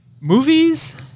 movies